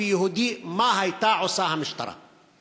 ב"יהודי" מה הייתה המשטרה עושה?